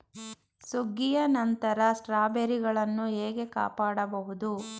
ಸುಗ್ಗಿಯ ನಂತರ ಸ್ಟ್ರಾಬೆರಿಗಳನ್ನು ಹೇಗೆ ಕಾಪಾಡ ಬಹುದು?